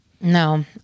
No